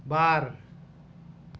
ᱵᱟᱨ